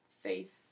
faith